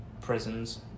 prisons